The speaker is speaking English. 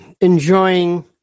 enjoying